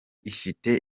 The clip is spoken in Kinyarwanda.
ifite